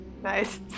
nice